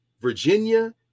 Virginia